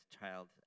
child